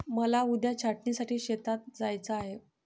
मला उद्या छाटणीसाठी शेतात जायचे आहे